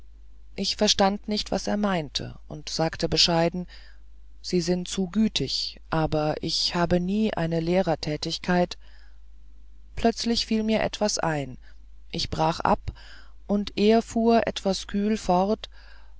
ich verstand nicht was er meinte und sagte bescheiden sie sind zu gütig aber ich habe nie eine lehrertätigkeit plötzlich fiel mir etwas ein ich brach ab und er fuhr etwas kühl fort